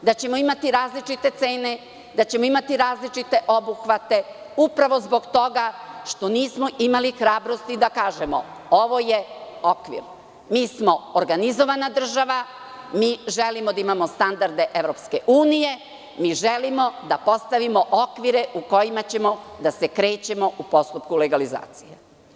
Takođe, da ćemo imati različite cene i da ćemo imati različite obuhvate, upravo zbog toga što nismo imali hrabrosti da kažemo - ovo je okvir, mi smo organizovana država, mi želimo da imamo standarde EU, mi želimo da postavimo okvire u kojima ćemo da se krećemo u postupku legalizacije.